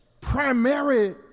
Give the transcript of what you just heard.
primary